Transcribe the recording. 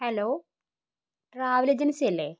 hello travel agency അല്ലേ